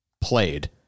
played